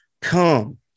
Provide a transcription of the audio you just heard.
Come